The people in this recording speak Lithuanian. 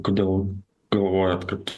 kodėl galvojat kad